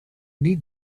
need